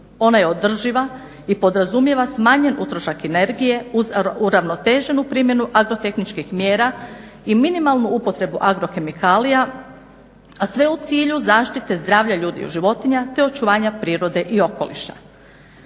Ona je održiva i podrazumijeva smanjen utrošak energije uz uravnoteženu primjenu agro tehničkih mjera i minimalnu upotrebu agro kemikalija, a sve u cilju zaštite zdravlja ljudi i životinja, te očuvanje prirode i okoliša.